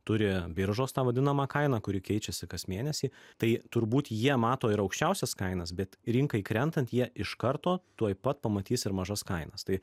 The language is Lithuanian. turi biržos tą vadinamą kainą kuri keičiasi kas mėnesį tai turbūt jie mato ir aukščiausias kainas bet rinkai krentant jie iš karto tuoj pat pamatys ir mažas kainas tai